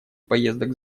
поездок